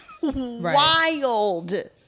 wild